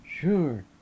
sure